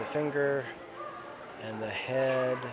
the finger and the head